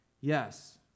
Yes